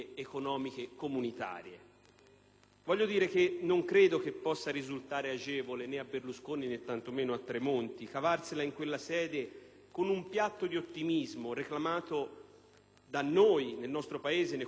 comunitarie. Non credo che possa risultare agevole né a Berlusconi né tanto meno a Tremonti cavarsela in quella sede con un piatto di ottimismo, reclamato da noi, nel nostro Paese, nei confronti dell'opinione pubblica